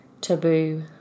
taboo